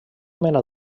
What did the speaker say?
mena